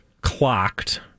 clocked